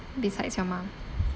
besides your mum